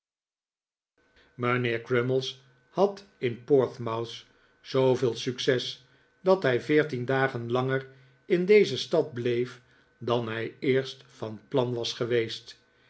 mrjnheer crummies had in portsmouth zooveel succes dat hij veertien dagen langer in deze stad bleef dan hij eerst van plan was geweest